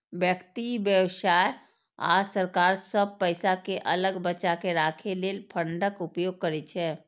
व्यक्ति, व्यवसाय आ सरकार सब पैसा कें अलग बचाके राखै लेल फंडक उपयोग करै छै